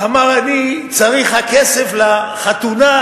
אמר: אני צריך הכסף לחתונה,